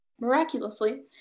Miraculously